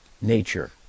nature